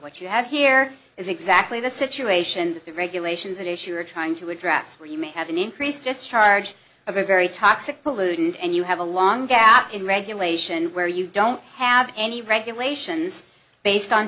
what you have here is exactly the situation that the regulations and issue are trying to address or you may have an increase just charge of a very toxic pollutant and you have a long gap in regulation where you don't have any regulations based on